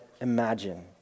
imagine